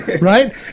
Right